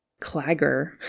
Clagger